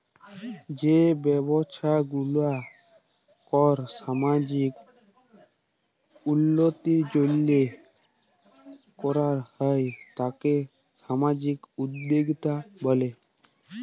যেই ব্যবসা গুলা কল সামাজিক উল্যতির জন্হে করাক হ্যয় তাকে সামাজিক উদ্যক্তা ব্যলে